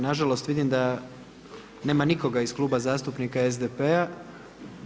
Na žalost vidim da nema nikoga iz Kluba zastupnika SDP-a.